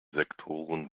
sektoren